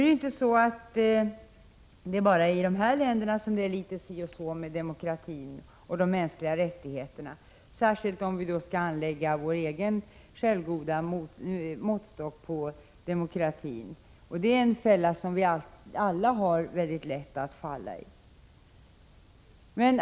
Det är emellertid inte bara i dessa länder som det är litet si och så med demokratin och de mänskliga rättigheterna, särskilt inte om vi anlägger vår egen självgoda måttstock på demokrati. Det är en fälla som vi alla har mycket lätt att falla i.